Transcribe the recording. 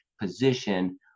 position